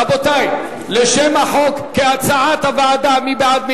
רבותי, שם החוק כהצעת הוועדה, מי בעד?